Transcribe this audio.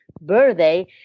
birthday